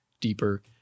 deeper